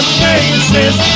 faces